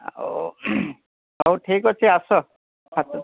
ହେଉ ହେଉ ଠିକ ଅଛି ଆସ ଆସ